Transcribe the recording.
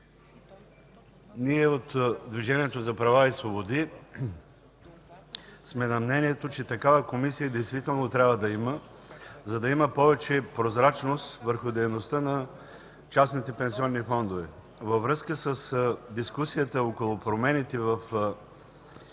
ние от Движението за права и свободи сме на мнението, че такава комисия трябва да има, за да има повече прозрачност върху дейността на частните пенсионни фондове. Във връзка с дискусията около промените в пенсионната